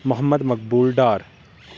Muhammad Maqbool Dar